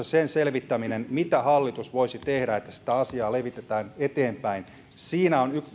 sen selvittämisessä mitä hallitus voisi tehdä että sitä asiaa levitetään eteenpäin on